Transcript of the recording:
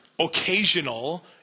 occasional